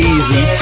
Easy